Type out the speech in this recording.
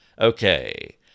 Okay